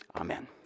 amen